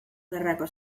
gerrako